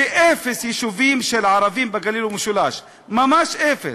ואפס יישובים של ערבים בגליל ובמשולש, ממש אפס.